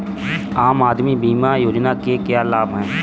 आम आदमी बीमा योजना के क्या लाभ हैं?